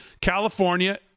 California